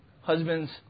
husbands